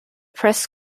press